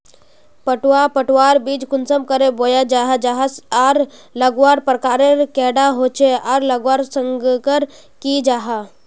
पटवा पटवार बीज कुंसम करे बोया जाहा जाहा आर लगवार प्रकारेर कैडा होचे आर लगवार संगकर की जाहा?